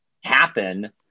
happen